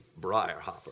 Briarhopper